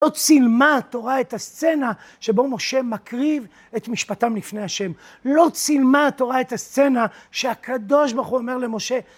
לא צילמה התורה את הסצנה שבו משה מקריב את משפטם לפני השם. לא צילמה התורה את הסצנה שהקדוש ברוך הוא אומר למשה...